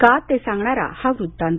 का ते सांगणारा हा वृत्तांत